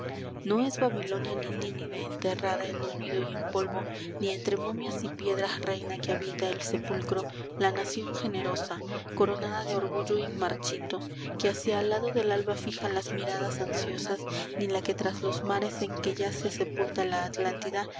no es babilonia ni nínive enterrada en olvido y en polvo ni entre momias y piedras reina que habita el sepulcro la nación generosa coronada de orgullo inmarchito que hacia al lado del alba fija las miradas ansiosas ni la que tras los mares en que yace sepulta la atlántida